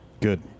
Good